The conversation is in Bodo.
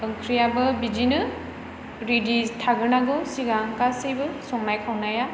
ओंख्रियाबो बिदिनो रेदि थाग्रोनांगौ सिगां गासैबो संनाय खावनाया